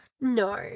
No